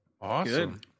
Awesome